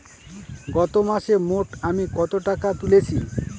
গত মাসে মোট আমি কত টাকা তুলেছি?